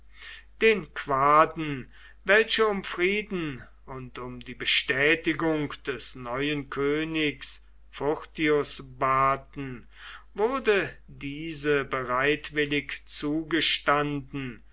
den quaden welche um frieden und um die bestätigung des neuen königs furtius baten wurde diese bereitwillig zugestanden